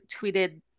tweeted